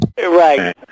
Right